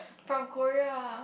from Korea